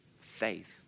faith